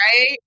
right